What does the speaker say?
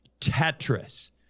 Tetris